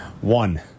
One